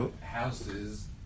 Houses